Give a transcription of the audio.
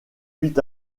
huit